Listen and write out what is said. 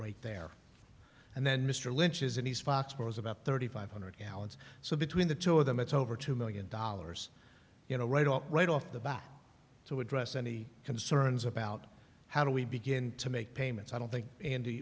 has about thirty five hundred gallons so between the two of them it's over two million dollars you know right off right off the bat to address any concerns about how do we begin to make payments i don't think andy